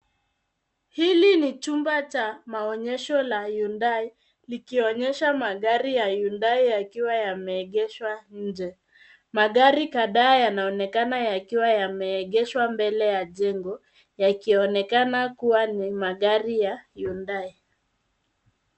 Hili ni chumba cha maonyesho la hyundai likionyesha magari ya hyundai yakiwa yameegeshwa nje. Magari kadhaa yanaonekana yakiwa yameegeshwa mbele ya jengo yakionekana kuwa ni magari ya hyundai.